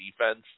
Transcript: defense